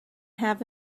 have